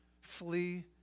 Flee